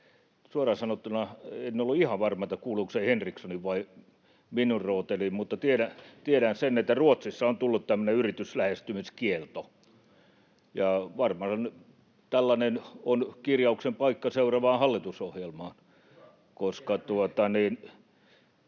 suoraan sanottuna en ollut ihan varma, kuuluuko se Henrikssonin vai minun rooteliin, mutta tiedän sen, että Ruotsissa on tullut tämmöinen yrityslähestymiskielto. Varmaan on kirjauksen paikka seuraavaan hallitusohjelmaan, [Mikko Lundén: